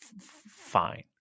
fine